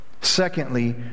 secondly